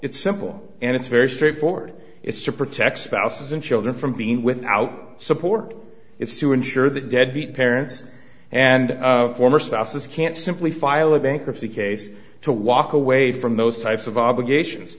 it's simple and it's very straightforward it's to protect spouses and children from being without support it's to ensure that deadbeat parents and former spouses can't simply file a bankruptcy case to walk away from those types of obligations